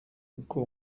uko